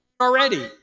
already